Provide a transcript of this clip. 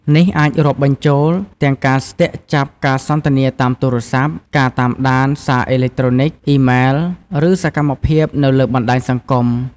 នេះអាចរាប់បញ្ចូលទាំងការស្ទាក់ចាប់ការសន្ទនាតាមទូរស័ព្ទ ការតាមដានសារអេឡិចត្រូនិច អ៊ីម៉ែល ឬសកម្មភាពនៅលើបណ្តាញសង្គម។